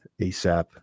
ASAP